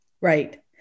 right